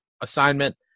assignment